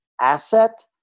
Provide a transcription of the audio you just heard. asset